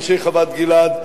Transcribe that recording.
אנשי חוות-גלעד,